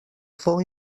fou